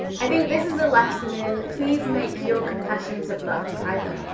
i think this is a lesson and please make your confessions of love private.